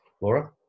Laura